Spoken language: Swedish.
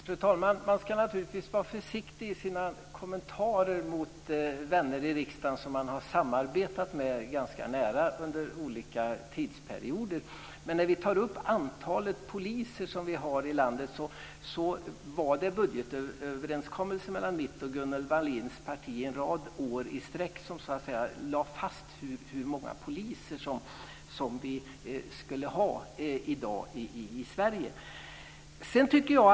Fru talman! Man ska vara försiktig i sina kommentarer till vänner i riksdagen som man har samarbetat ganska nära med under olika perioder. Det var i budgetöverenskommelser mellan mitt och Gunnel Wallins partier under en rad år i sträck som det lades fast hur många poliser vi skulle ha i Sverige i dag.